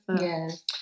Yes